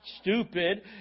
stupid